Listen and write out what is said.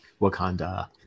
Wakanda